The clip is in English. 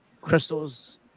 Crystal's